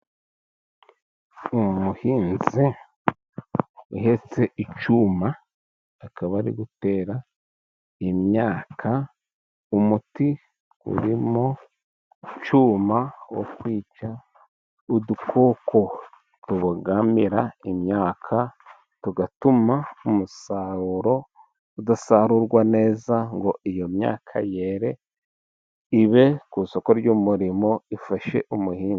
Umuhinzi uhetse icyuma akaba ari gutera imyaka umuti uri mu cyuma, wo kwica udukoko tubogamira imyaka, tugatuma umusaruro udasarurwa neza, ngo iyo myaka yere ibe ku isoko ry'umurimo ifashe umuhinzi.